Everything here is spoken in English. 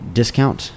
discount